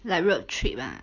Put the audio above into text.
like road trip lah